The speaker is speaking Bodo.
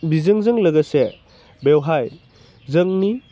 बिजोंजों लोगोसे बेवहाय जोंनि